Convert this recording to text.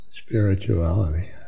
spirituality